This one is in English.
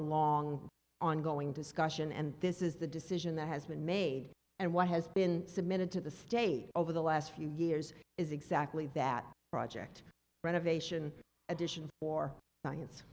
long ongoing discussion and this is the decision that has been made and what has been submitted to the state over the last few years is exactly that project renovation additions for